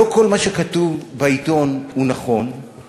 לא כל מה שכתוב בעיתון הוא נכון,